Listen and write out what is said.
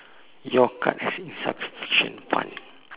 your card has insufficient fund